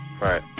right